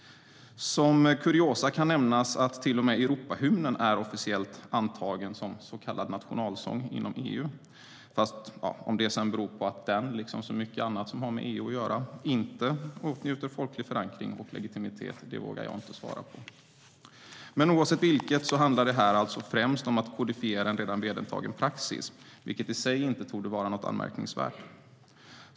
Som kuriosa kan nämnas att till och med Europahymnen är officiellt antagen som så kallad nationalsång inom EU. Om det beror på att den, liksom så mycket annat som har med EU att göra, inte åtnjuter folklig förankring eller legitimitet vågar jag inte svara på. Oavsett vilket handlar det här alltså främst om att kodifiera redan vedertagen praxis, vilket i sig inte torde vara något anmärkningsvärt.